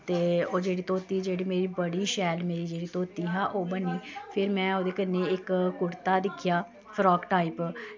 ते ओह् जेह्ड़ी धोती जेह्ड़ी मेरी बड़ी शैल मेरी जेह्ड़ी धोती हा ओह् बनी फिर में ओह्दे कन्नै इक कुर्ता दिक्खेआ फ्राक टाईप